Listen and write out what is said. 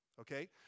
Okay